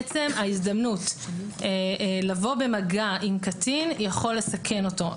עצם ההזדמנות לבוא במגע עם קטין יכולה לסכן אותו.